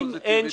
אם אין